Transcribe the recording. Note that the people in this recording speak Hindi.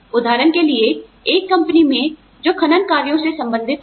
उदाहरण के लिए एक कंपनी में जो खनन कार्यों से संबंधित है